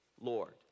Lord